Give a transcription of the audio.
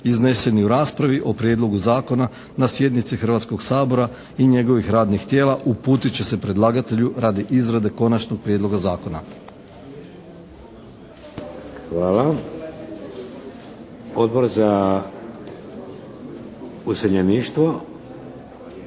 izneseni u raspravi o prijedlogu zakona na sjednici Hrvatskog sabora i njegovih radnih tijela uputit će se predlagatelju radi izrade Konačnog prijedloga zakona. **Šeks, Vladimir